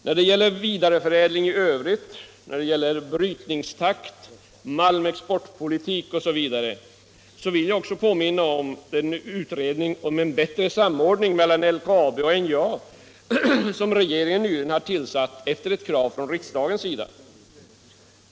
När det gäller vidareförädling i övrigt, brytningstakt, malmexportpolitik osv. vill jag också påminna om den utredning om en bättre samordning mellan LKAB och NJA som regeringen nyligen har tillsatt efter ett krav från riksdagens sida.